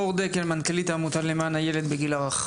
מור דקל, מנכ"לית העמותה למען הילד בגיל הרך.